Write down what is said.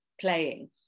playing